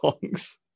songs